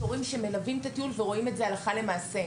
יש הורים שמלווים את הטיול ורואים את זה הלכה למעשה.